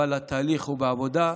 אבל התהליך הוא בעבודה,